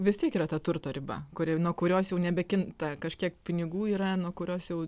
vis tiek yra ta turto riba kuri nuo kurios jau nebekinta kažkiek pinigų yra nuo kurios jau